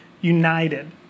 united